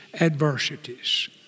adversities